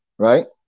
Right